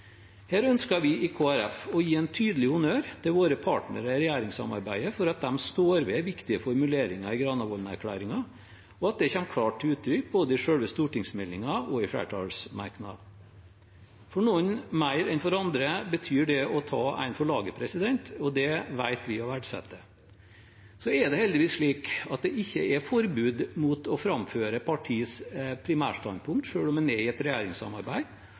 Her ønsker vi i Kristelig Folkeparti å gi tydelig honnør til våre partnere i regjeringssamarbeidet for at de står ved viktige formuleringer i Granavolden-plattformen, og at det kommer klart til uttrykk både i selve stortingsmeldingen og i flertallsmerknader. For noen mer enn for andre betyr det å ta en for laget, og det vet vi å verdsette. Så er det heldigvis slik at det ikke er forbud mot å framføre et partis primærstandpunkt, selv om man er i et regjeringssamarbeid.